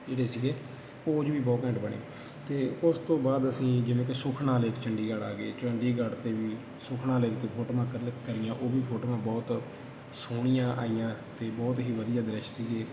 ਜਿਹੜੇ ਸੀਗੇ ਪੋਜ਼ ਵੀ ਬਹੁਤ ਘੈਂਟ ਬਣੇ ਅਤੇ ਉਸ ਤੋਂ ਬਾਅਦ ਅਸੀਂ ਜਿਵੇਂ ਕਿ ਸੁਖਨਾ ਲੇਕ ਚੰਡੀਗੜ੍ਹ ਆ ਗਏ ਚੰਡੀਗੜ੍ਹ 'ਤੇ ਵੀ ਸੁਖਨਾ ਲੇਕ 'ਤੇ ਫੋਟੋਆਂ ਕਲਿੱਕ ਕਰੀਆਂ ਉਹ ਵੀ ਫੋਟੋਆਂ ਬਹੁਤ ਸੋਹਣੀਆਂ ਆਈਆਂ ਅਤੇ ਬਹੁਤ ਹੀ ਵਧੀਆ ਦ੍ਰਿਸ਼ ਸੀਗੇ